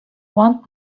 want